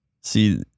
See